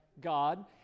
God